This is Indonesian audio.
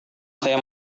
saya